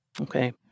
Okay